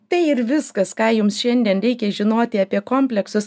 tai ir viskas ką jums šiandien reikia žinoti apie kompleksus